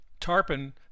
tarpon